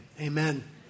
amen